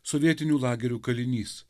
sovietinių lagerių kalinys